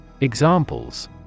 Examples